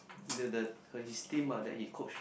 the the her his team ah that he coached